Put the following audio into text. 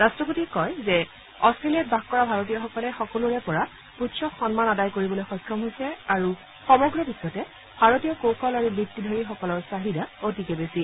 ৰাট্টপতিয়ে কয় যে অট্টেলিয়াত বাস কৰা ভাৰতীয়সকলে সকলোৰে পৰা উচ্চ সন্মান আদায় কৰিবলৈ সক্ষম হৈছে আৰু সমগ্ৰ বিখ্বতে ভাৰতীয় নিপুণ বৃত্তিধাৰীসকলৰ চাহিদা অতিকে বেছি